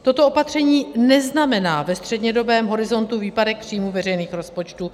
Toto opatření neznamená ve střednědobém horizontu výpadek příjmů veřejných rozpočtů.